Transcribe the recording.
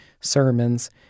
sermons